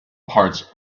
parts